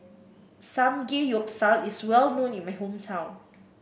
samgeyopsal is well known in my hometown